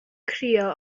crio